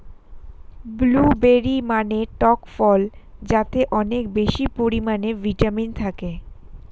blueberry মানে টক ফল যাতে অনেক বেশি পরিমাণে ভিটামিন থাকে